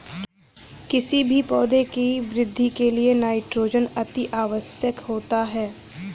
किसी भी पौधे की वृद्धि के लिए नाइट्रोजन अति आवश्यक होता है